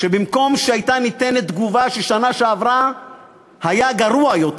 שבמקום תגובה שבשנה שעברה היה גרוע יותר,